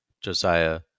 Josiah